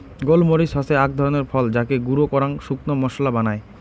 গোল মরিচ হসে আক ধরণের ফল যাকে গুঁড়ো করাং শুকনো মশলা বানায়